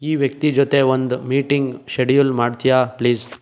ಈ ವ್ಯಕ್ತಿ ಜೊತೆ ಒಂದು ಮೀಟಿಂಗ್ ಶೆಡ್ಯೂಲ್ ಮಾಡ್ತೀಯಾ ಪ್ಲೀಸ್